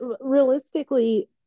realistically